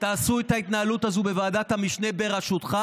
תעשו את ההתנהלות הזאת בוועדת המשנה בראשותך,